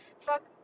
fuck